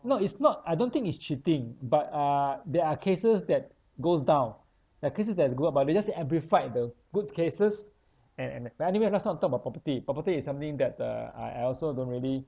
no it's not I don't think it's cheating but uh there are cases that goes down there are cases that has go up but they just amplified the good cases and and but anyway let's not talk about property property is something that uh I I also don't really